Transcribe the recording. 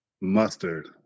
Mustard